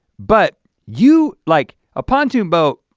but you, like a pontoon boat,